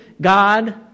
God